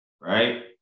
Right